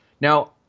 Now